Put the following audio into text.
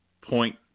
point